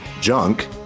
junk